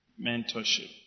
mentorship